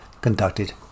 conducted